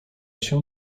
się